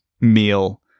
meal